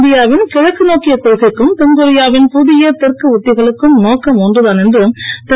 India வின் இழக்கு நோக்கிய கொள்கைக்கும் தென்கொரியா வின் புதிய தெற்கு உத்திகளுக்கும் நோக்கம் ஒன்றுதான் என்று திரு